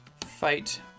Fight